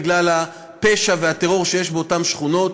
בגלל הפשע והטרור שיש באותן שכונות,